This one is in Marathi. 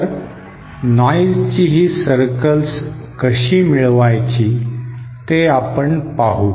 तर नॉइजची ही सर्कल्स कशी मिळवायची ते आपण पाहू